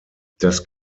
das